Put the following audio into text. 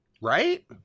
Right